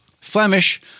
Flemish